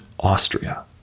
austria